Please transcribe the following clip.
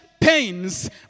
pains